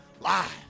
live